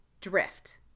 drift